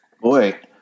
Boy